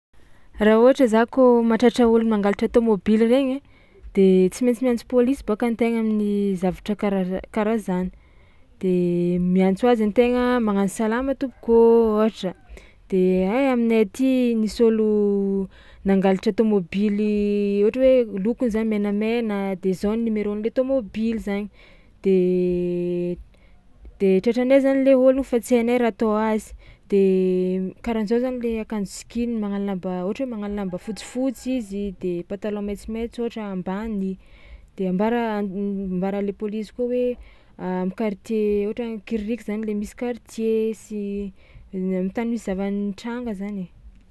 Raha ôhatra za kôa mahatratra ôlo mangalatra tômôbily regny de tsy maintsy miantso pôlisy bôka an-tegna amin'ny zavatra karaha ra- karaha zany de miantso azy an-tegna magnano: salama tompoko ô, ôhatra; de ay aminay aty nisy ôlo nangalatra tômôbily ohatra hoe lokony zany menamena de zao ny numéro-n'le tômôbily zany de de tratranay zany le ôlogno fa tsy hainay raha atao azy de karahan-jao zany le akanjo sikininy magnano lamba ohatra hoe magnano lamba fotsifotsy izy de pataloha maitsomaitso ôhatra ambany de ambara m- mbara me pôlisy koa hoe am'kartie ohatra hoe Ankiririky zany le misy kartie sy am'tany misy zava-nitranga zany e.